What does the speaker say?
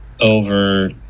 over